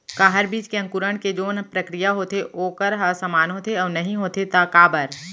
का हर बीज के अंकुरण के जोन प्रक्रिया होथे वोकर ह समान होथे, अऊ नहीं होथे ता काबर?